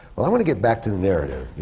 well, i want to get back to the narrative, you